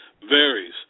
varies